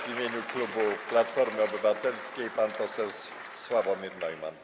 W imieniu klubu Platforma Obywatelska pan poseł Sławomir Neumann.